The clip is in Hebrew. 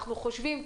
אנחנו חושבים,